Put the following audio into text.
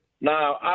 Now